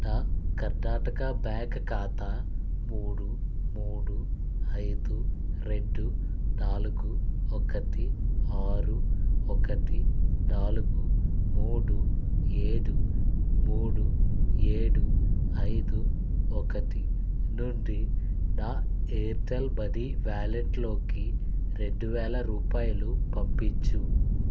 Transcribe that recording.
నా కర్ణాటక బ్యాంక్ ఖాతా మూడు మూడు ఐదు రెండు నాలుగు ఒకటి ఆరు ఒకటి నాలుగు మూడు ఏడు మూడు ఏడు ఐదు ఒకటి నుండి నా ఎయిర్టెల్ మనీ వాలెట్లోకి రెండువేల రూపాయలు పంపించుము